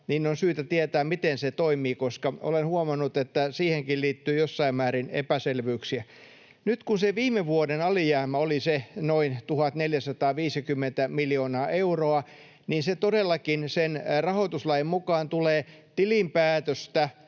on syytä tietää, miten se toimii, koska olen huomannut, että siihenkin liittyy jossain määrin epäselvyyksiä. Nyt kun se viime vuoden alijäämä oli noin 1 450 miljoonaa euroa, niin se todellakin sen rahoituslain mukaan tulee tilinpäätöstä